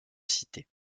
cité